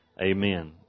Amen